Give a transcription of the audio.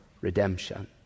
redemption